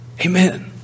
amen